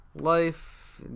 Life